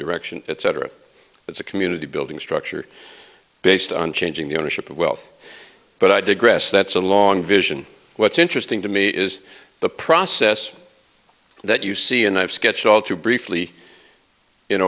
direction etc it's a community building structure based on changing the ownership of wealth but i do grass that's a long vision what's interesting to me is the process that you see and i've sketched all too briefly in